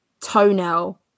toenail